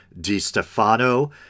DiStefano